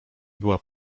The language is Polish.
była